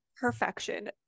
perfection